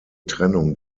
trennung